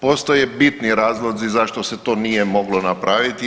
Postoje bitni razlozi zašto se to nije moglo napraviti.